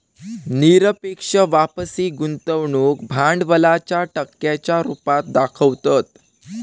निरपेक्ष वापसी गुंतवणूक भांडवलाच्या टक्क्यांच्या रुपात दाखवतत